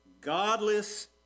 godless